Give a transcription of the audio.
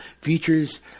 features